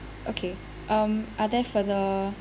okay um are there further